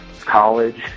college